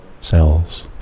cells